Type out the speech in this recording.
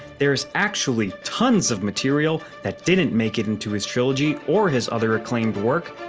there is actually tons of material that didn't make it into his trilogy or his other acclaimed work,